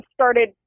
started